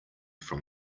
from